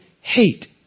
hate